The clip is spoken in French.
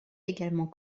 également